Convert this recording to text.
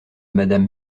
madame